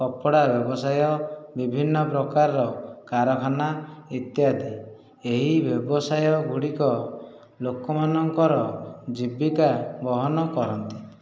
କପଡ଼ା ବ୍ୟବସାୟ ବିଭିନ୍ନ ପ୍ରକାରର କାରଖାନା ଇତ୍ୟାଦି ଏହି ବ୍ୟବସାୟଗୁଡ଼ିକ ଲୋକମାନଙ୍କର ଜୀବିକା ବହନ କରନ୍ତି